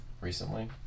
recently